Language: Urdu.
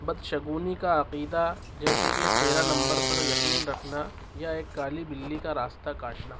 بدشگونی کا عقیدہ جیسے کہ تیرہ نمبر پر یقین رکھنا یا ایک کالی بلی کا راستہ کاٹنا